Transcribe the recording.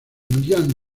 millán